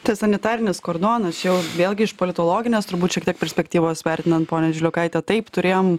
čia sanitarinis kordonas čia jau vėlgi iš politologinės turbūt šiek tiek perspektyvos vertinant ponia žiliukaite taip turėjom